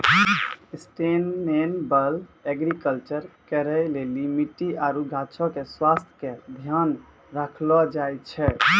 sustainable agriculture करै लेली मट्टी आरु गाछो के स्वास्थ्य के ध्यान राखलो जाय छै